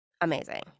Amazing